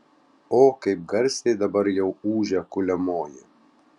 o kaip garsiai dabar jau ūžia kuliamoji